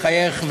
מחייך,